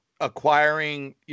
acquiring